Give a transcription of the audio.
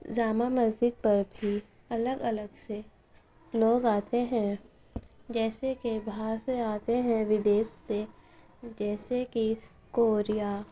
جامع مسجد پر بھی الگ الگ سے لوگ آتے ہیں جیسے کہ باہر سے آتے ہیں ودیش سے جیسے کہ کوریا